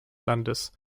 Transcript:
landes